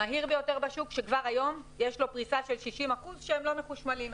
המהיר ביותר בשוק שכבר היום יש לו פריסה של 60 אחוזים שהם לא מחושמלים,